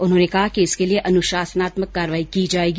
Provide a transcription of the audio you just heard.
उन्होंने कहा कि इसके लिए अनुशासनात्मक कार्रवाई की जाएगी